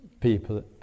people